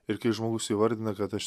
ir kai žmogus įvardina kad aš